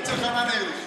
אצל חנן ארליך.